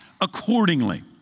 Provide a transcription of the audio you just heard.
accordingly